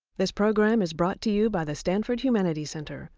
this program is brought to you by the stanford humanities center.